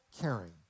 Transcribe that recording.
caring